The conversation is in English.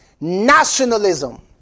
nationalism